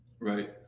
Right